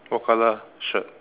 what color shirt